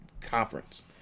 conference